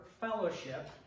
fellowship